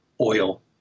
oil